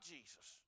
Jesus